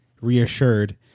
reassured